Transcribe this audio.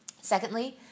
Secondly